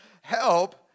help